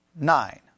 nine